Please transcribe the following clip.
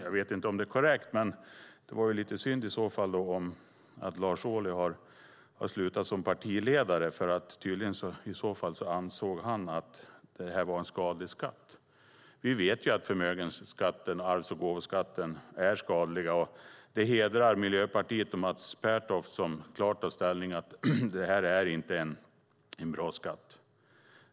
Jag vet inte om det är korrekt, men det är i så fall lite synd att Lars Ohly slutat som partiledare eftersom han tydligen ansåg att det var en skadlig skatt. Vi vet att förmögenhetsskatten och arvs och gåvoskatten är skadliga, och det hedrar Miljöpartiet och Mats Pertoft som klart tar ställning för att de inte är bra skatter.